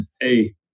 hey